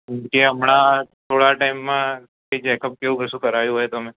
હમણાં થોડા ટાઇમ માં કેવું ચેક અપ કસું એ એવું કરાયુ હોય